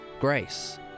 Grace